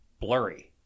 blurry